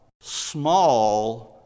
small